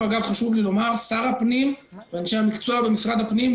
חשוב לי לומר ששר הפנים ואנשי המקצוע במשרד הפנים,